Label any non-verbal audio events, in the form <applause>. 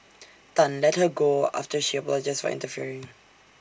Tan let her go after she apologised for interfering <noise>